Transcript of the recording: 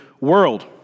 world